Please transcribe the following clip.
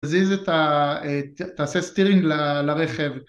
תזיז את ה.. תעשה סטירינג לרכב